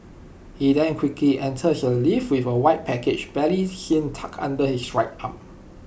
he then quickly enters the lift with A white package barely seen tucked under his right arm